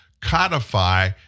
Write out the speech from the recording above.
codify